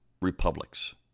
republics